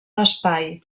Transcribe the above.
l’espai